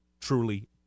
truly